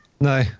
no